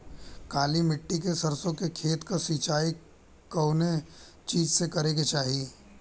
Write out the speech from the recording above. काली मिट्टी के सरसों के खेत क सिंचाई कवने चीज़से करेके चाही?